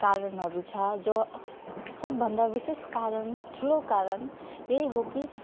कारणहरू छ जो सबभन्दा विशेष कारण ठुलो कारण यो हो कि